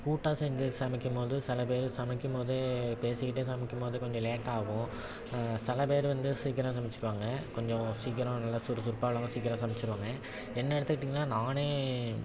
கூட்டாக சேர்ந்து சமைக்கும் போது சில பேர் சமைக்கும் போதே பேசிக்கிட்டே சமைக்கும் போது கொஞ்சம் லேட் ஆகும் சில பேர் வந்து சீக்கிரம் சமைச்சுருவாங்க கொஞ்சம் சீக்கிரம் நல்லா சுறுசுறுப்பாக உள்ளவங்க சீக்கிரம் சமைச்சுருவாங்க என்னை எடுத்துக்கிட்டிங்கன்னால் நானே